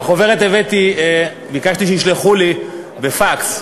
החוברת הבאתי, ביקשתי שישלחו לי בפקס.